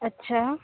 अच्छा